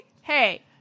Hey